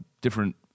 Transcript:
different